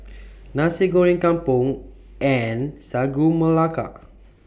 Nasi Goreng Kampung and Sagu Melaka